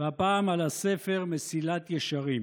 והפעם על הספר מסילת ישרים.